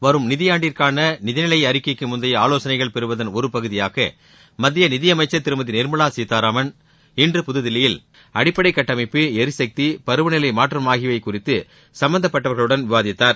வரும் நிதியாண்டிற்கான நிதிநிலை அறிக்கைக்கு முந்தைய ஆலோசனைகள் பெறுவதள் ஒரு பகுதியாக மத்திய நிதியமைக்சர் திருமதி நிர்மலா சீதாராமன் இன்று புதுதில்லியில் அடிப்படை கட்டமைப்பு எரிசக்தி பருவநிலை மாற்றம் ஆகியவை குறித்து சும்பந்தப்பட்டவர்களுடன் விவாதித்தார்